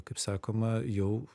kaip sakoma jau